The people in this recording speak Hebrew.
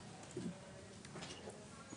ב-2023.